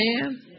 Amen